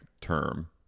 term